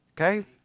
Okay